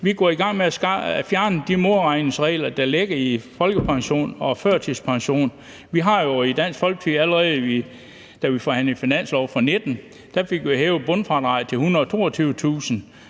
Vi går i gang med at fjerne de modregningsregler, der er for folkepension og førtidspension. Vi fik jo i Dansk Folkeparti, allerede da vi forhandlede finanslov for 2019, hævet bundfradraget til 122.000,